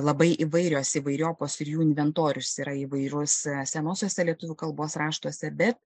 labai įvairios įvairiopos ir jų inventorius yra įvairus senuosiuose lietuvių kalbos raštuose bet